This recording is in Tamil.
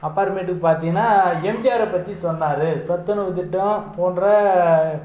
அப்புறமேட்டுக்கு பார்த்திங்கன்னா எம்ஜிஆரை பற்றி சொன்னார் சத்துணவு திட்டம் போன்ற